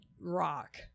rock